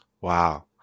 wow